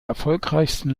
erfolgreichsten